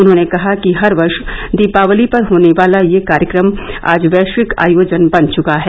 उन्होंने कहा कि हर वर्ष दीपावली पर होने वाला यह कार्यक्रम आज वैश्विक आयोजन बन चुका है